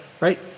right